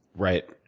right,